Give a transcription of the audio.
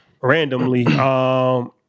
randomly